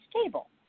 stable